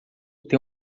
tem